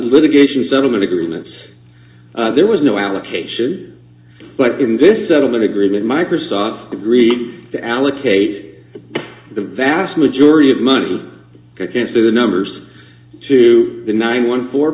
litigation settlement agreements there was no allocation but in this settlement agreement microsoft agreed to allocate the vast majority of money can't see the numbers to the nine one fo